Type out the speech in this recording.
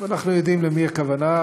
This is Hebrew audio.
ואנחנו יודעים למי הכוונה,